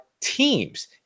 teams